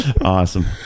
Awesome